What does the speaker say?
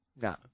no